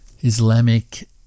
Islamic